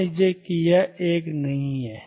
मान लीजिए कि यह 1 नहीं है